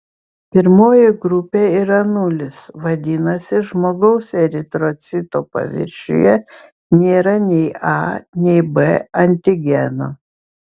pirmoji grupė yra nulis vadinasi žmogaus eritrocito paviršiuje nėra nei a nei b antigeno